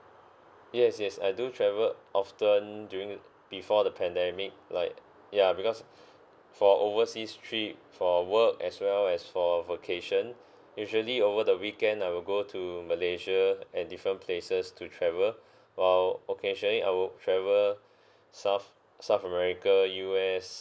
yes yes I do travel often during before the pandemic like ya because for overseas trip for work as well as for vacation usually over the weekend I will go to malaysia and different places to travel while occasionally I will travel south south america U_S